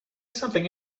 something